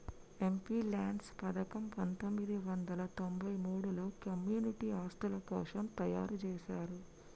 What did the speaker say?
MPLADS పథకం పందొమ్మిది వందల తొంబై మూడులో కమ్యూనిటీ ఆస్తుల కోసం తయ్యారుజేశారు